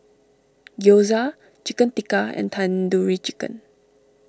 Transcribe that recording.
Gyoza Chicken Tikka and Tandoori Chicken